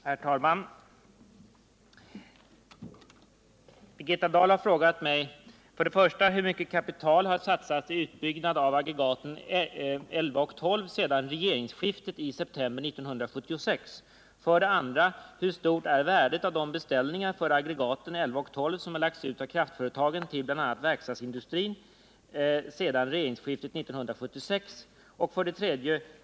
Herr talman! Birgitta Dahl har frågat mig. 1. Hur mycket kapital har satsats i utbyggnad av aggregaten 11 och 12 sedan regeringsskiftet i september 1976? 2. Hurstort är värdet av de beställningar för aggregaten 11 och 12 som lagts ut av kraftföretagen till bl.a. verkstadsindustrin sedan regeringsskiftet 1976? 3.